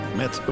met